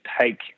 take